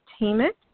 entertainment